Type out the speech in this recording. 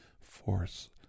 force